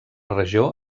regió